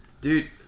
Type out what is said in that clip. Dude